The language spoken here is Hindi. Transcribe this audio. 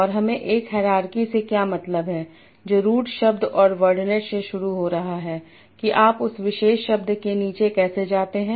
और हमें एक हायरार्की से क्या मतलब है जो रूट शब्द और वर्डनेट से शुरू हो रहा है कि आप उस विशेष शब्द के नीचे कैसे जाते हैं